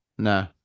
No